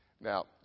now